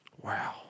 Wow